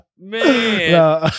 Man